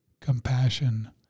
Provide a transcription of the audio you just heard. compassion